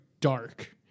dark